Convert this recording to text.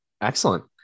Excellent